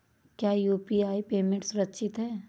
क्या UPI payment सुरक्षित है?